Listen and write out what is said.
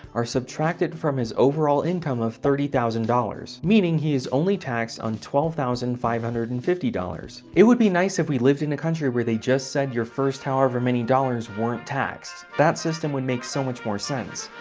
are subtracted from his overall income of thirty thousand dollars, meaning he is only taxed on twelve thousand five hundred and fifty dollars. it would be nice if we lived in a country where they just said your first however many dollars weren't taxed, that system would make so much more sense.